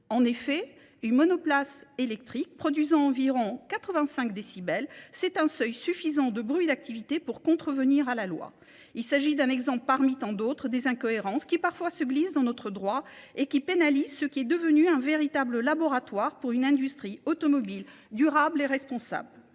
En effet, une monoplace électrique produisant environ 85 décibels, c'est un seuil suffisant de bruit d'activité pour contrevenir à la loi. Il s'agit d'un exemple parmi tant d'autres des incohérences qui parfois se glissent dans notre droit et qui pénalise ce qui est devenu un véritable laboratoire pour une industrie automobile durable et responsable.